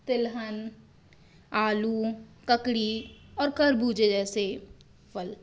तिलहन आलू ककड़ी और खरबूजे जैसे फल